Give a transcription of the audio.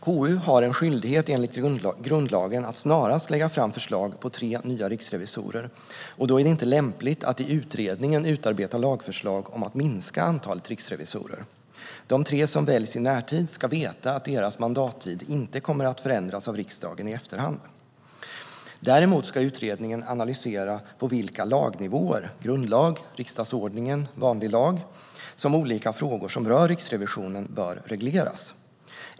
KU har en skyldighet enligt grundlagen att snarast lägga fram förslag på tre nya riksrevisorer, och då är det inte lämpligt att i utredningen utarbeta lagförslag om att minska antalet riksrevisorer. De tre som väljs i närtid ska veta att deras mandattid inte kommer att förändras av riksdagen i efterhand. Däremot ska utredningen analysera på vilka lagnivåer - grundlag, riksdagsordningen, vanlig lag - som olika frågor som rör Riksrevisionen bör regleras.